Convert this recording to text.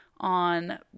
on